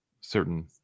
certain